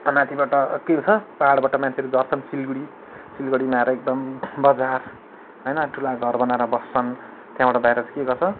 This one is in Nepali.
माथिबाट के गर्छ पहाडबाट मान्छेहरू झर्छन् सिलगडी सिलगडीमा आएर एकदम बजार होइन ठुला घर बनाएर बस्छन् त्यहाँबाट बाहिर चाहिँ के गर्छ